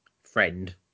friend